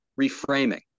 reframing